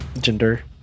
gender